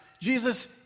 Jesus